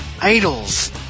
idols